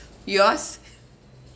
yours